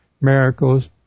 miracles